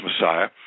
messiah